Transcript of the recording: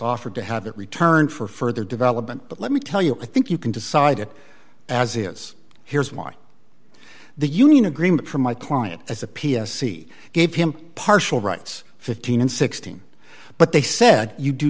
offered to have it returned for further development but let me tell you i think you can decide it as is here's why the union agreement from my client as a p s c gave him partial rights fifteen and sixteen but they said you do